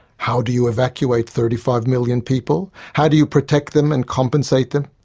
how do you evacuate thirty five million people? how do you protect them and compensate them?